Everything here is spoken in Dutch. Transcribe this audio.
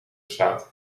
straat